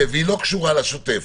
והיא לא קשורה לשוטף.